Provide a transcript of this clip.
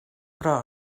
però